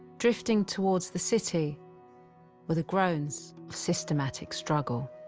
drifting towards the city with a groans systematic struggle.